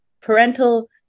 Parental